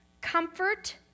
comfort